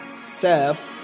self